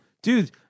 Dude